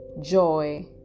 joy